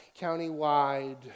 countywide